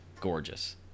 gorgeous